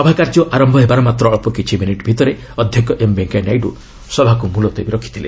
ସଭାକାର୍ଯ୍ୟ ଆରମ୍ଭ ହେବାର ମାତ୍ର ଅଳ୍ପ କିଛି ମିନିଟ୍ ଭିତରେ ଅଧ୍ୟକ୍ଷ ଏମ୍ ଭେଙ୍କିୟା ନାଇଡୁ ସଭାକୁ ମୁଲ୍ତବୀ ରଖିଥିଲେ